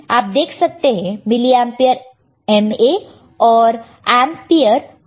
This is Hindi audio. आप देख सकते हैं मिली एंपियर mA और एंपियर कैपिटल A से लिखा हुआ है